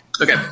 Okay